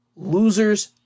Losers